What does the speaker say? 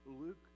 Luke